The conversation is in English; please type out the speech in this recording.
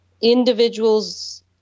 individuals